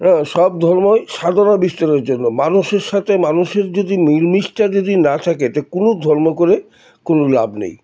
হ্যাঁ সব ধর্মই সাধনা বিস্তারের জন্য মানুষের সাথে মানুষের যদি মিল মিশটা যদি না থাকে তা কোনো ধর্ম করে কোনো লাভ নেই